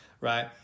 right